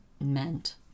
meant